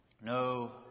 No